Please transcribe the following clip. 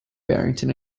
barrington